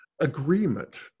agreement